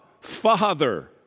Father